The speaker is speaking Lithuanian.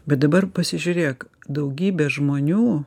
bet dabar pasižiūrėk daugybė žmonių